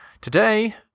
Today